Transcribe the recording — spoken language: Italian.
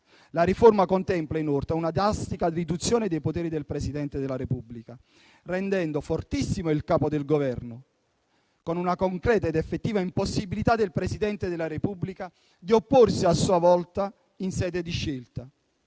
La riforma contempla inoltre una drastica riduzione dei poteri del Presidente della Repubblica, rendendo fortissimo il Capo del Governo, con una concreta ed effettiva impossibilità del Presidente della Repubblica di opporsi a sua volta in sede di scelta.